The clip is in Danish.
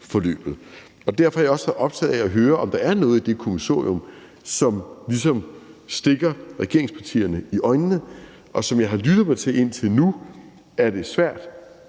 forløbet. Derfor er jeg også optaget af at høre, om der er noget i det kommissorium, som ligesom stikker regeringspartierne i øjnene. Som jeg har lyttet mig til det indtil nu, er det svært